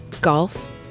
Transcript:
golf